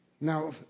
Now